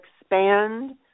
expand